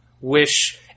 wish